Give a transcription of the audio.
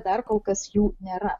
dar kol kas jų nėra